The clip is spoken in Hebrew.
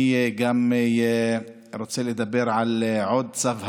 אני רוצה לדבר על עוד צו הריסה,